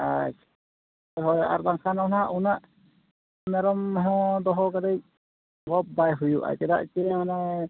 ᱟᱪᱪᱷᱟ ᱦᱳᱭ ᱟᱨ ᱵᱟᱝᱠᱷᱟᱱ ᱫᱚ ᱩᱱᱟᱹᱜ ᱢᱮᱨᱚᱢ ᱦᱚᱸ ᱫᱚᱦᱚ ᱠᱟᱹᱴᱤᱡ ᱞᱟᱵᱽ ᱵᱟᱭᱦᱩᱭᱩᱜᱼᱟ ᱪᱮᱫᱟᱜ ᱥᱮ ᱚᱱᱮ